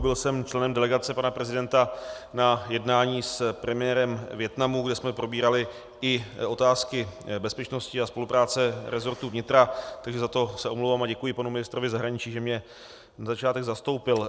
Byl jsem členem delegace pana prezidenta na jednání s premiérem Vietnamu, kde jsme probírali i otázky bezpečnosti a spolupráce rezortu vnitra, takže za to se omlouvám a děkuji panu ministrovi zahraničí, že mě na začátek zastoupil.